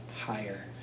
higher